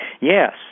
Yes